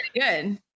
good